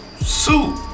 suit